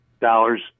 dollars